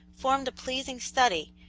formed a pleasing study,